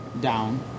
down